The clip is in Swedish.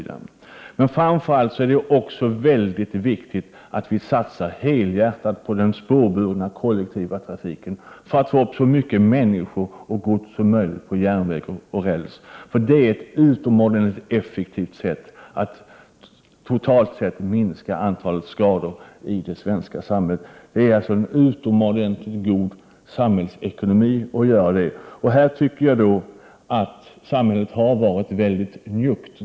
Det är framför allt mycket viktigt att vi satsar helhjärtat på den spårbundna kollektiva trafiken för att så många människor och så mycket gods som möjligt skall transporteras på räls. Det är ett utomordentligt effektivt sätt att totalt sett minska antalet trafikskador i det svenska samhället. Det vore en utomordentligt god samhällsekonomi att göra detta. Jag tycker att samhället i det här fallet har varit mycket njuggt.